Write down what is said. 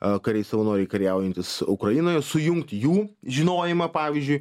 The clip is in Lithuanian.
a kariai savanoriai kariaujantys ukrainoje sujungti jų žinojimą pavyzdžiui